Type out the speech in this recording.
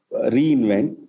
reinvent